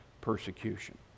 persecution